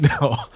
No